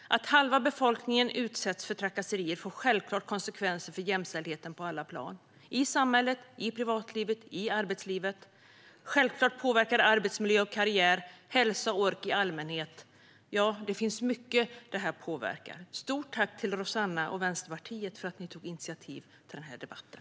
Att halva befolkningen utsätts för trakasserier får självklart konsekvenser för jämställdheten på alla plan, i samhället, i privatlivet, i arbetslivet. Självklart påverkar det arbetsmiljö och karriär, hälsa och ork i allmänhet. Ja, det är mycket som påverkas av detta. Stort tack till Rossana och Vänsterpartiet för att ni tog initiativ till den här debatten!